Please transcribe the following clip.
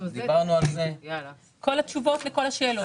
אלה התשובות לכל השאלות.